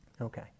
okay